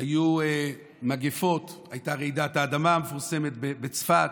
היו מגפות, הייתה רעידת האדמה המפורסמת בצפת,